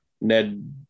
Ned